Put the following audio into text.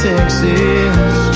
Texas